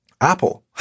Apple